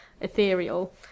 ethereal